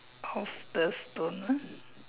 of the stone ah